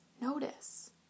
Notice